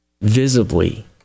visibly